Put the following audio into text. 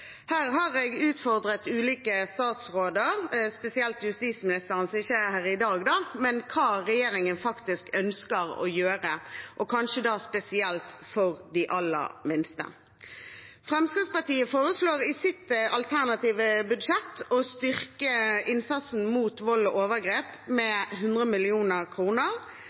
har utfordret ulike statsråder, spesielt justisministeren – som ikke er her i dag – på hva regjeringen faktisk ønsker å gjøre, kanskje spesielt for de aller minste. Fremskrittspartiet foreslår i sitt alternative budsjett å styrke innsatsen mot vold og overgrep med 100